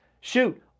shoot